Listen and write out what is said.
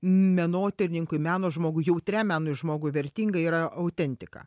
menotyrininkui meno žmogui jautriam menui žmogui vertinga yra autentika